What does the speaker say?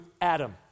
Adam